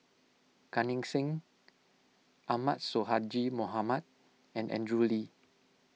Gan Eng Seng Ahmad Sonhadji Mohamad and Andrew Lee